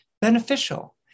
beneficial